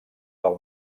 del